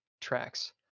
tracks